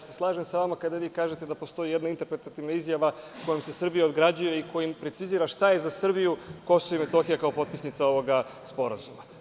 Slažem se sa vama kada vi kažete da postoji jedna interpretativna izjava kojom se Srbija ograđuje i kojim precizira šta je za Srbiju Kosovo i Metohija kao potpisnica ovog sporazuma.